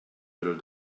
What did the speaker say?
little